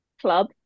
club